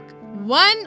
one